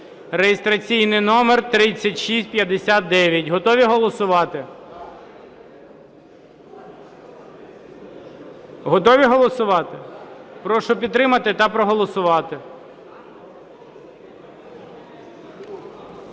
(реєстраційний номер 3659). Готові голосувати? Готові голосувати? Прошу підтримати та проголосувати.